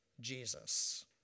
Jesus